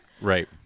Right